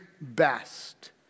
best